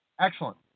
Excellent